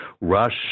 rush